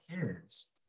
kids